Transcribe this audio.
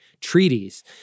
treaties